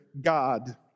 God